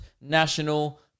National